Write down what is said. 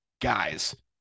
guys